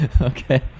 Okay